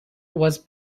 was